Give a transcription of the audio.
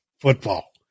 football